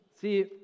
See